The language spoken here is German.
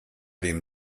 dem